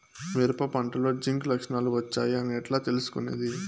మిరప పంటలో జింక్ లక్షణాలు వచ్చాయి అని ఎట్లా తెలుసుకొనేది?